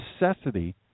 necessity